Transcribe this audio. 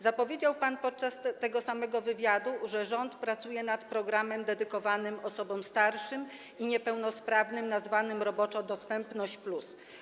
Zapowiedział pan podczas tego samego wywiadu, że rząd pracuje nad programem dedykowanym osobom starszym i niepełnosprawnym, nazwanym roboczo dostępność+.